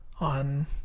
On